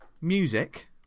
music